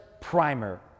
Primer